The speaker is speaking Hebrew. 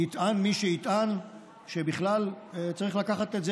יטען מי שיטען שבכלל צריך לקחת את זה